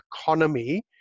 economy